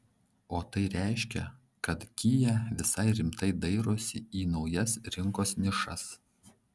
o tai reiškia kad kia visai rimtai dairosi į naujas rinkos nišas